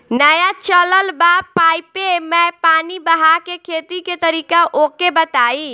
नया चलल बा पाईपे मै पानी बहाके खेती के तरीका ओके बताई?